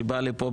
שבא לכאן,